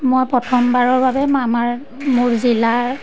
মই প্ৰথমবাৰৰ বাবে আমাৰ মোৰ জিলাৰ